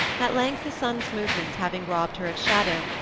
at length, the sun's movements having robbed her of shadow,